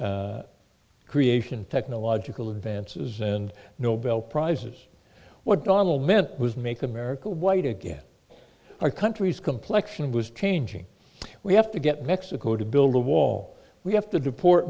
the creation technological advances and nobel prizes what on will meant was make america white again our countries complection was changing we have to get mexico to build a wall we have to deport